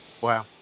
Wow